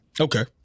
Okay